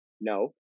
No